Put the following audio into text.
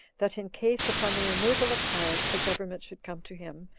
that in case, upon the removal of caius, the government should come to him,